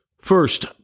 First